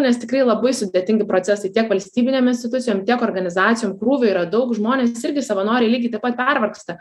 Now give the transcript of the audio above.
nes tikrai labai sudėtingi procesai tiek valstybinėm institucijom tiek organizacijom krūvio yra daug žmonės irgi savanoriai lygiai taip pat pervargsta